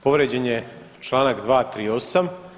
Povrijeđen je članak 238.